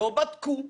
לא בדקו,